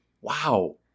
Wow